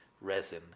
resin